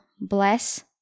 bless